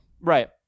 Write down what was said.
Right